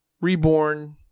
reborn